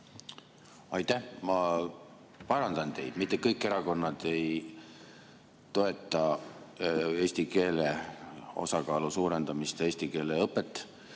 Aitäh! Ma parandan teid: mitte kõik erakonnad ei toeta eesti keele osakaalu suurendamist ja eesti keele õpet.